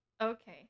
Okay